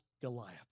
Goliath